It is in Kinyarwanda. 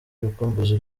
urukumbuzi